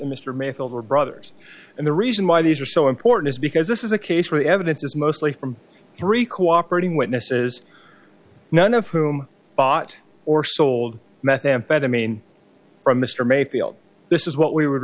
and mr mayfield were brothers and the reason why these are so important is because this is a case where the evidence is mostly from three cooperating witnesses none of whom bought or sold methamphetamine from mr mayfield this is what we would